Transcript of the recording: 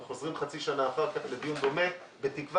וחוזרים חצי שנה אחר כך לדיון דומה בתקווה